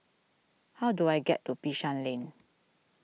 how do I get to Bishan Lane